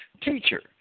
Teacher